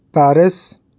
Paris